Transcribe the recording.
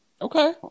Okay